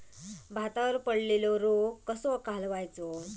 भातावर पडलेलो रोग कसो घालवायचो?